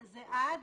זה עד.